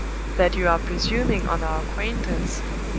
that you are presuming on our acquaintance,